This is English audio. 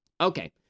Okay